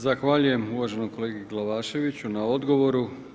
Zahvaljujem uvaženom kolegi Glavaševiću na odgovoru.